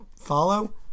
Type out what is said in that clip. follow